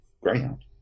Greyhound